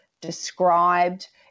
described